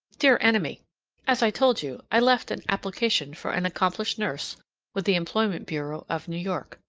dear enemy as i told you, i left an application for an accomplished nurse with the employment bureau of new york.